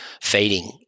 feeding